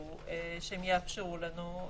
את ההסמכה.